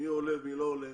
מי עולה, מי לא ע ולה